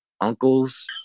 uncles